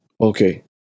Okay